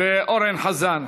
ואורן חזן,